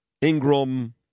Ingram